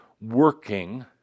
working